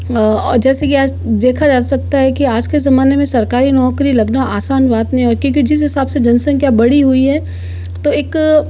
और जैसे की आज देखा जा सकता है कि आज के ज़माने में सरकारी नौकरी लगना आसान बात नहीं है क्योंकि जिस हिसाब से जनसंख्या बढ़ी हुई है तो इक